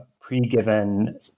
pre-given